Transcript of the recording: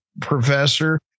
professor